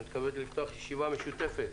אני מתכבד לפתוח ישיבה משותפת